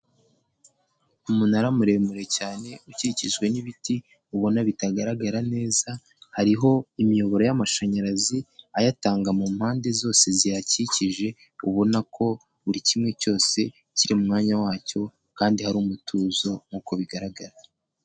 Umunara muremure cyane, ukikijwe n'ibiti, ubona bitagaragara neza, hariho imiyoboro y'amashanyarazi, ayatanga mu mpande zose ziyakikije, ubona ko buri kimwe cyose kiri mu mwanya wacyo kandi hari umutuzo nkuko bigaragara.